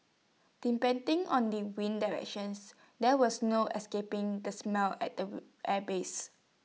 depending on the wind directions there was no escaping the smell at the airbase